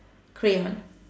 crayon